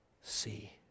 see